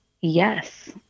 yes